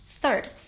third